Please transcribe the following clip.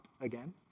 again